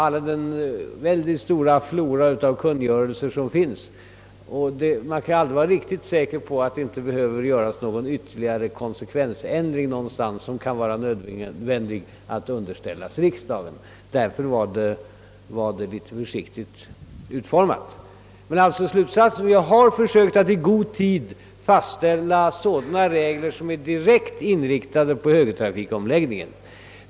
Det finns ju en mycket rik flora av sådana kungörelser, och man kan aldrig vara riktigt säker på att det inte behöver göras ytterligare en konsekvensändring någonstans, som det kan bli nödvändigt att underställa riksdagen. Därför var mitt svar som sagt utformat med en viss försiktighet. Slutsatsen är alltså att vi har försökt att i god tid fastställa sådana regler som är direkt inriktade på trafikomläggningarna.